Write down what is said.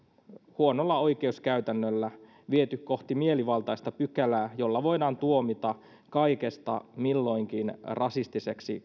huonolla oikeuskäytännöllä viety kohti mielivaltaista pykälää jolla voidaan tuomita kaikesta kulloinkin rasistiseksi